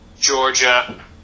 Georgia